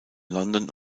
london